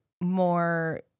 more